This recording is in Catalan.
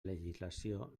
legislació